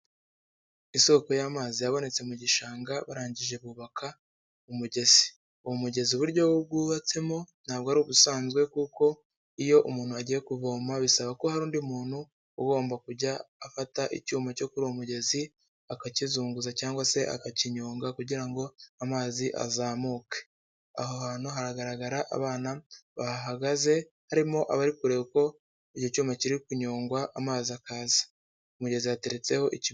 isoko y'amazi yabonetse mu gishanga, barangije bubaka umugezi. Uwo mugezi Uburyo wubatsemo ntabwo ari ubusanzwe, kuko iyo umuntu agiye kuvoma bisaba ko hari undi muntu ugomba kujya afata icyuma cyo ku umugezi akakizunguza cyangwa se akakinyonga, kugira ngo amazi azamuke. Aho hantu haragaragara abana bahahagaze harimo abari kureba uko icyo cyuma kiri kunyongwa amazi akaza. Ku mugezi yateretseho iki...